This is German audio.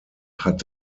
hat